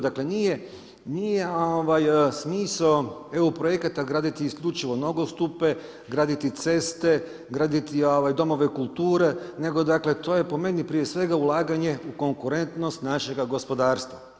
Dakle, nije smisao EU projekata graditi isključivo nogostupe, graditi ceste, graditi domove kulture, nego dakle, to je po meni prije svega ulaganje u konkurentnost našega gospodarstva.